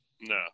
No